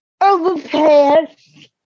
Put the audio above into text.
overpass